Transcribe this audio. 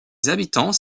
habitants